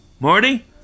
Marty